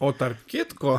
o tarp kitko